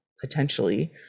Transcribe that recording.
potentially